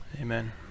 Amen